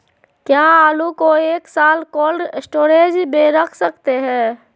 क्या आलू को एक साल कोल्ड स्टोरेज में रख सकते हैं?